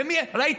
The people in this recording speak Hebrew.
ומי הכניס להוא,